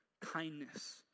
kindness